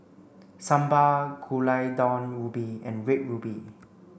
Sambal Gulai Daun Ubi and red ruby